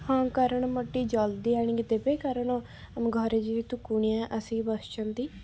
ହଁ କାରଣ ମୋର ଟିକିଏ ଜଲଦି ଆଣିକି ଦେବେ କାରଣ ଆମ ଘରେ ଯେହେତୁ କୁଣିଆ ଆସିକି ବସିଛନ୍ତି